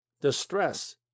distress